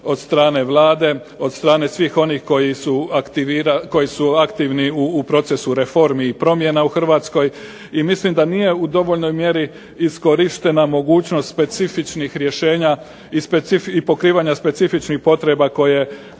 od strane Vlade, od strane svih onih koji su aktivni u procesu reformi i promjena u Hrvatskoj, i mislim da nije u dovoljnoj mjeri iskorištena mogućnost specifičnih rješenja i pokrivanja specifičnih potreba koje hrvatsko